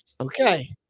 okay